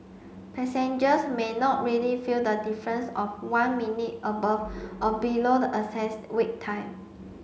passengers may not really feel the difference of one minute above or below the excess Wait Time